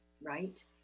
right